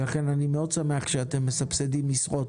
לכן אני מאוד שמח שאתם מסבסדים משרות.